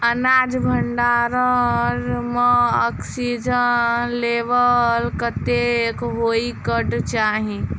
अनाज भण्डारण म ऑक्सीजन लेवल कतेक होइ कऽ चाहि?